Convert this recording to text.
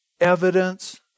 evidence